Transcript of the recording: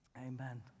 Amen